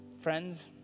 Friends